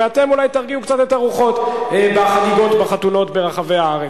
ואולי אתם תרגיעו קצת את הרוחות בחגיגות בחתונות ברחבי הארץ.